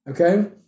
okay